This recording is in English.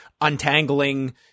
untangling